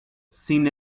sin